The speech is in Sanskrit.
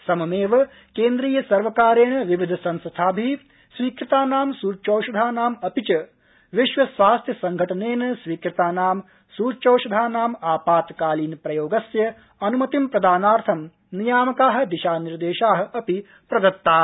सममेव केन्द्रीयसर्वकारेण विविध संस्थाभि स्वीकृतानां सुच्यौषधानां अपि च विश्वस्वास्थ्य संघटनेन स्वीकृतानां सूच्यौषधानां आपातकालीन प्रयोगस्य अन्मतिं प्रदानार्थं नियामका दिशानिर्देशा अपि प्रदत्ता